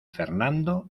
fernando